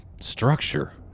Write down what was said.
structure